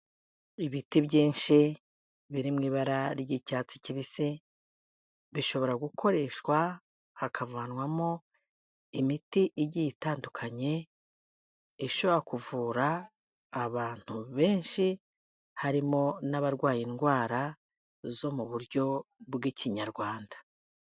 Ibiti byinshi biri mu ibara ry'icyatsi kibisi, bishobora gukoreshwa hakavanwamo imiti igiye itandukanye, ishobora kuvura abantu benshi, harimo n'abarwaye indwara zo mu buryo bw'Ikinyarwanda.